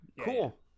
cool